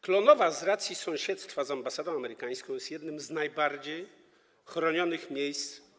Klonowa z racji sąsiedztwa z ambasadą amerykańską jest jednym z najbardziej chronionych miejsc.